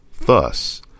Thus